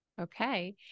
Okay